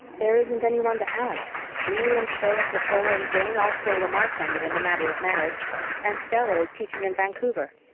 there isn't any one to have. you and phil and priscilla and jane all stole a march on me in the matter of marriage and stella is teaching in vancouver.